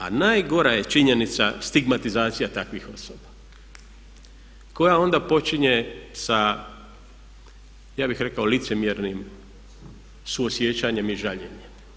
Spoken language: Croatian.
A najgora je činjenica stigmatizacija takvih osoba koja onda počinje sa ja bih rekao licemjernim suosjećanjem i žaljenjem.